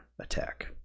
attack